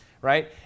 right